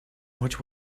much